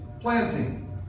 planting